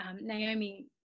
Naomi